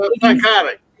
psychotic